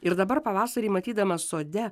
ir dabar pavasarį matydamas sode